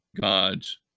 God's